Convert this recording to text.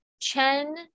Chen